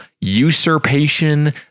usurpation